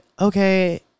okay